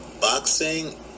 Boxing